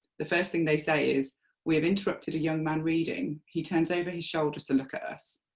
the first thing they say is we have interrupted a young man reading, he turns over his shoulder to look at us,